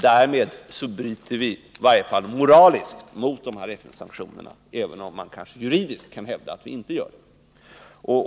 Därmed bryter vi i varje fall moraliskt mot FN-sanktionerna, även om man juridiskt kan hävda att vi inte gör det.